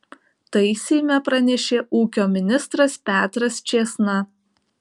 tai seime pranešė ūkio ministras petras čėsna